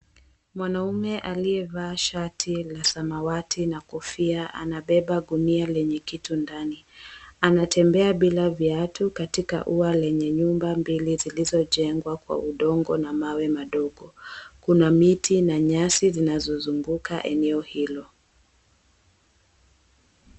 Mwanamume aliyevaa shati la samawati na kofia, anabeba gunia lenye kitu ndani. Anatembea bila viatu katika ua lenye nyumba mbili zilizojengwa kwa udongo na mawe madogo. Kuna miti na nyasi zinazozunguka eneo hilo.